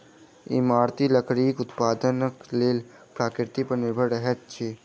इमारती लकड़ीक उत्पादनक लेल प्रकृति पर निर्भर रहैत छी